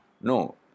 No